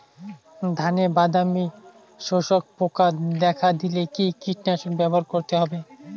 ধানে বাদামি শোষক পোকা দেখা দিলে কি কীটনাশক ব্যবহার করতে হবে?